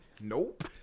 Nope